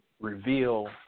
reveal